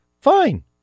fine